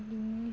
बिनि